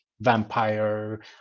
vampire